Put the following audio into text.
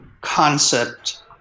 concept